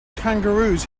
kangaroos